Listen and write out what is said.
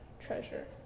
treasure